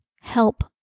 help